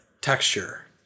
texture